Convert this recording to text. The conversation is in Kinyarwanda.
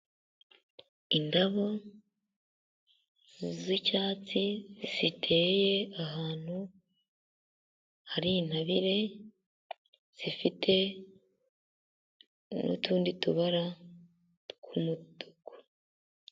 Indabo z'icyatsi ziteye ahantu hari intabire, zifite n'utundi tubara tw'umutuku.